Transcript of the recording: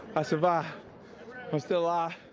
i survived. i'm still ah